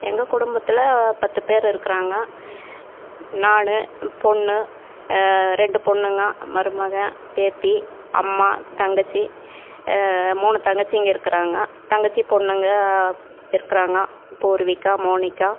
எங்கள் குடும்பத்தில் பத்து பேர் இருக்குறாங்க நான் பொண்ணு ரெண்டு பொண்ணுங்கள் மருமகள் பேத்தி அம்மா தங்கச்சி மூணு தங்கச்சிங்க இருக்கிறாங்க தங்கச்சி பொண்ணுங்கள் இருக்குறாங்க பூர்விகா மோனிக்கா